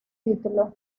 título